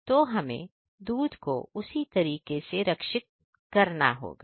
तो हमें दूध को उसी तरीके से रक्षित करना होगा